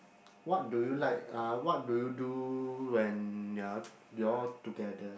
what do you like uh what do you do when uh you all together